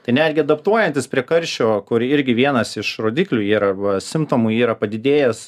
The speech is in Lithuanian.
tai netgi adaptuojantis prie karščio kur irgi vienas iš rodiklių yra arba simptomų yra padidėjęs